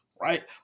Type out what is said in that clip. right